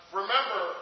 remember